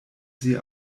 sie